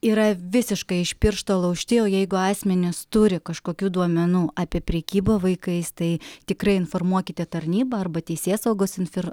yra visiškai iš piršto laužti o jeigu asmenys turi kažkokių duomenų apie prekybą vaikais tai tikrai informuokite tarnybą arba teisėsaugos infir